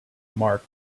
mark